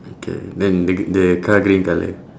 okay then the g~ the car green colour